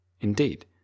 Indeed